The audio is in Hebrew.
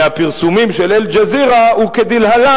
מהפרסומים של "אל-ג'זירה",